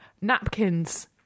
Napkins